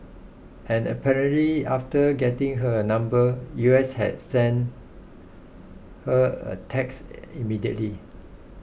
and apparently after getting her number U S had sent her a text immediately